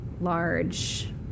large